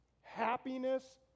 Happiness